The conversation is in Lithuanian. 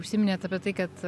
užsiminėt apie tai kad